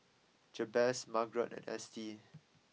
Jabez Margrett and Estie